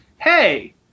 hey